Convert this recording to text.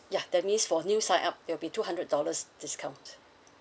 yeah that means for new sign up there'll be two hundred dollars discount